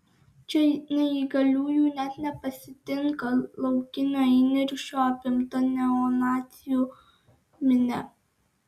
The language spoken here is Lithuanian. čia neįgaliųjų net nepasitinka laukinio įniršio apimta neonacių minia